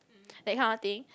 that kind of thing